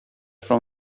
from